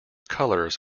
colors